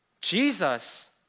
Jesus